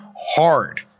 hard